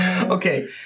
Okay